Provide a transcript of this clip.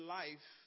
life